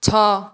ଛଅ